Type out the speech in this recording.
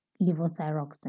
levothyroxine